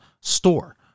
store